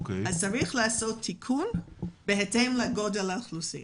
צריך לעשות תיקון בהתאם לגודל האוכלוסייה.